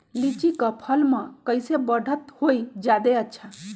लिचि क फल म कईसे बढ़त होई जादे अच्छा?